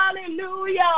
hallelujah